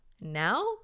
Now